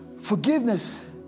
Forgiveness